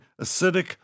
acidic